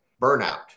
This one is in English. burnout